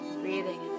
Breathing